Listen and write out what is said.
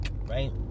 right